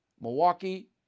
Milwaukee